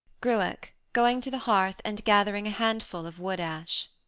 gruach, going to the hearth, and gathering a handful of wood-ash.